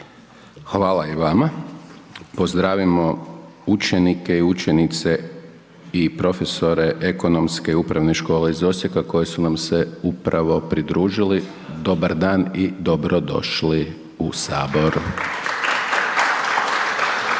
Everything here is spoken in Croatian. Hvala i vama. Pozdravimo učenike i učenice i profesore Ekonomske upravne škole iz Osijeka koji su nam se upravo pridružili, dobar dan i dobrodošli u